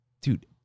dude